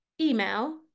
email